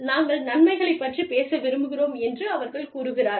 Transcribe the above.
நாங்கள் நன்மைகளைப் பற்றிப் பேச விரும்புகிறோம் என்று அவர்கள் கூறுகிறார்கள்